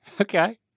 Okay